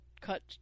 Cut